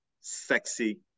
sexy